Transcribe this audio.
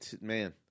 man